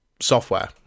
software